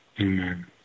Amen